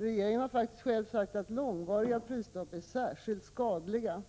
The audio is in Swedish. Regeringen har faktiskt själv sagt att långvariga prisstopp är särskilt skadliga,